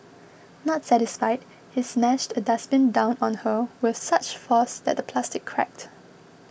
not satisfied he smashed a dustbin down on her with such force that the plastic cracked